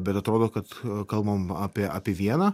bet atrodo kad kalbam apie apie vieną